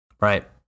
Right